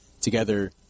together